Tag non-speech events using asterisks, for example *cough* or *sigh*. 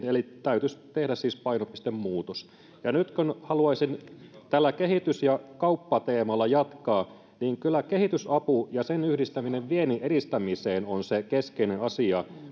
*unintelligible* eli täytyisi tehdä siis painopistemuutos ja nyt haluaisin tällä kehitys ja kauppateemalla jatkaa kyllä kehitysapu ja sen yhdistäminen viennin edistämiseen on se keskeinen asia